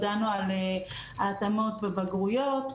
על ההתאמות בבגרויות,